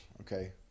okay